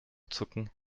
zucken